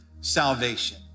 salvation